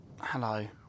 Hello